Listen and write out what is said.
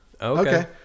Okay